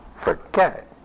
forget